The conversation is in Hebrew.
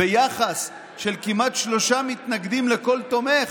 יחס של כמעט שלושה מתנגדים לכל תומך,